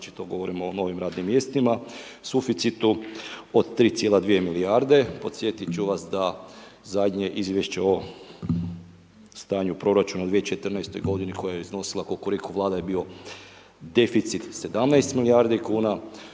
znači to govorimo o novim radnim mjestima, suficitu od 3,2 milijarde, podsjetiti ću vas da zadnje Izvješće o stanju proračuna 2014. godine koja je iznosila kukuriku Vlade je bio deficit 17 milijardi kuna.